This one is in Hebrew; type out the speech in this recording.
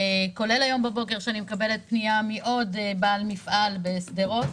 כולל הבוקר שאני מקבלת פנייה מעוד בעל מפעל בשדרות,